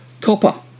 Copper